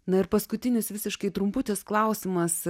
na ir paskutinis visiškai trumputis klausimas